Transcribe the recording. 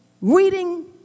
reading